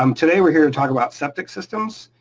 um today we're here to talk about septic systems.